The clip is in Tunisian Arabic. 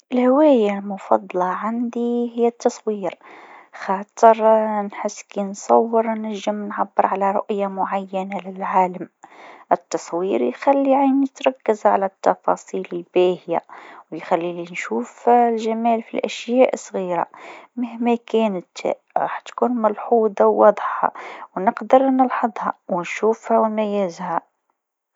هوايتي المفضلة هي الرسم. نحب نعبّر عن مشاعري بالألوان والأشكال. كلما نرسم، نحس بالراحة ونخرج كل الأفكار السلبية. الرسم يخلي عندي حرية، ونعبر به على اللي في بالي. زيدا، نستمتع بمشاركة أعمالي مع الأصحاب، وهذا يخلق جو من الإبداع والتفاعل. كل لوحة عندها قصة، وهذا الشيء يعجبني برشا!